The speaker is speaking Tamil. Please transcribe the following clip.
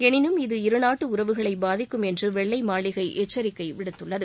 எளினும் இது இருநாட்டு உறவுகளை பாதிக்கும் என்று வெள்ளை மாளிகை எச்சரிக்கை விடுத்துள்ளது